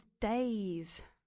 days